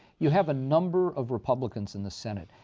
you have a number of republicans in the senate,